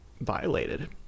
violated